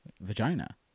vagina